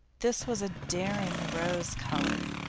this was a daring rose colour,